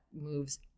moves